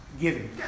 Giving